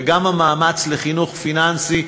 וגם המאמץ לחינוך פיננסי,